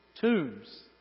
tombs